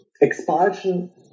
expulsion